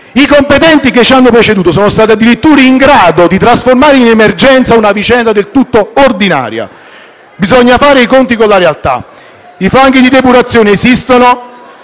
i "competenti" che ci hanno preceduto sono stati addirittura in grado di trasformare in emergenza una vicenda del tutto ordinaria. Bisogna fare i conti con la realtà. I fanghi di depurazione esistono;